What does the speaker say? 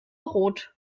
rot